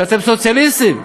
שאתם סוציאליסטים,